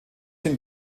sind